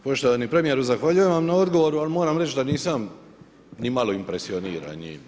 Poštovani premijeru zahvaljujem vam na odgovoru, ali moram reći da nisam nimalo impresioniran njim.